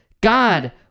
God